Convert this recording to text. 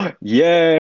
Yay